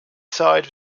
side